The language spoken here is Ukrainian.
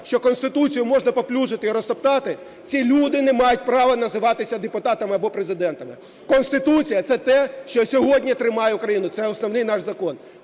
що Конституцію можна паплюжити і розтоптати, ці люди не мають права називатися депутатами або президентами. Конституція – це те, що сьогодні тримає Україну, це Основний наш Закон.